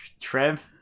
Trev